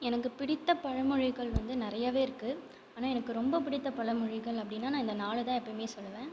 எனக்கு பிடித்த பழமொழிகள் வந்து நிறையவே இருக்குது ஆனால் எனக்கு ரொம்ப பிடித்த பழமொழிகள் அப்படின்னா நான் இந்த நாலை தான் எப்பவுமே சொல்லுவேன்